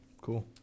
cool